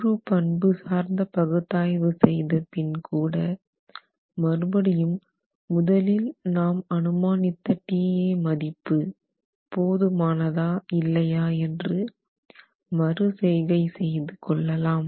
முழு பண்பு சார்ந்த பகுத்தாய்வு செய்த பின் கூட மறுபடியும் முதலில் நாம் அனுமானித்த Ta மதிப்பு மறுபடியும் போதுமானதா இல்லையா என்று மறுசெய்கை செய்து கொள்ளலாம்